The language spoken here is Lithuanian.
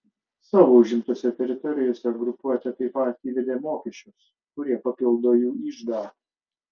savo užimtose teritorijose grupuotė taip pat įvedė mokesčius kurie papildo jų iždą